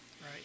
right